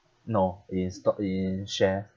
no in stock in share